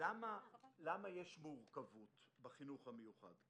למה יש מורכבות בחינוך המיוחד?